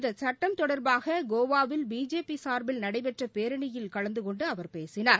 இந்த சுட்டம் தொடர்பாக கோவாவில் பிஜேபி சார்பில் நடைபெற்ற பேரனியில் கலந்தகொண்டு அவர் பேசினார்